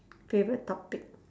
favourite topic